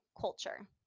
culture